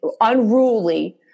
unruly